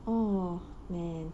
oh man